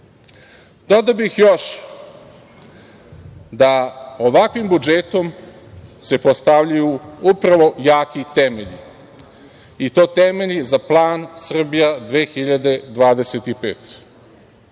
bih još da ovakvim budžetom se postavljaju upravo jaki temelji i to temelji za plan „Srbija 2025“.